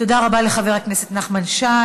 תודה רבה לחבר הכנסת נחמן שי.